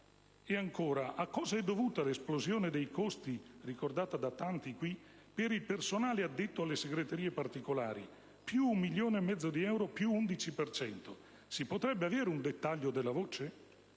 E ancora: a cosa è dovuta l'esplosione dei costi, ricordata da tanti in questa sede, per il personale addetto alle segreterie particolari (più un milione e mezzo di euro, cioè più 11 per cento)? Si potrebbe avere un dettaglio della voce?